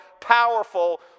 powerful